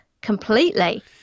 completely